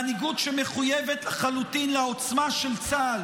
מנהיגות שמחויבת לחלוטין לעוצמה של צה"ל